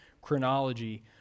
chronology